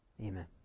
Amen